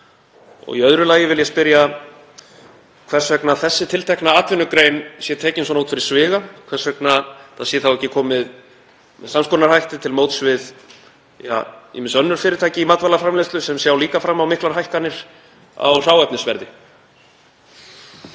Í öðru lagi vil ég spyrja hvers vegna þessi tiltekna atvinnugrein sé tekin svona út fyrir sviga, hvers vegna það sé þá ekki komið með sams konar hætti til móts við ýmis önnur fyrirtæki í matvælaframleiðslu sem sjá líka fram á miklar hækkanir á hráefnisverði.